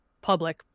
public